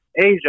Asia